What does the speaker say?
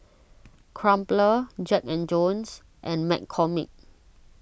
Crumpler Jack and Jones and McCormick